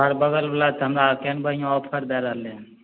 हमर बगल बला तऽ हमरा केहन बढ़िआँ ऑफर दे रहले हन